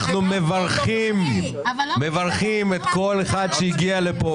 אנחנו מברכים כל אחד שהגיע לכאן.